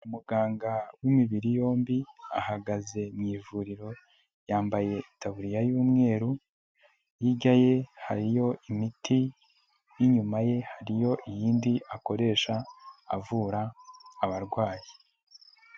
Umuganga w'imibiri yombi, ahagaze mu ivuriro, yambaye itaburiya y'umweru, hijya ye hariyo imiti, n'inyuma ye hariyo iyindi akoresha avura abarwayi.